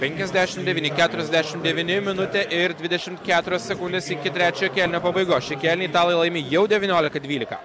penkiasdešimt devyni keturiasdešimt devyni minutė ir dvidešimt keturios sekundės iki trečiojo kėlinio pabaigos šį kėlinį italai laimi jau devyniolika dvylika